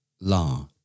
La